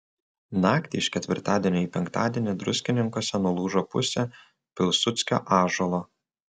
naktį iš ketvirtadienio į penktadienį druskininkuose nulūžo pusė pilsudskio ąžuolo